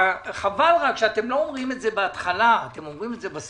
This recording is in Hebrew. חבל רק שאתם לא אומרים את זה בהתחלה אלא בסוף.